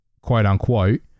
quote-unquote